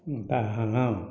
ଡାହାଣ